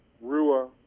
Rua